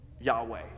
Yahweh